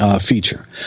feature